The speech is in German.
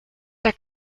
der